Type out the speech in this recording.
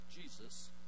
Jesus